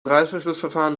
reißverschlussverfahren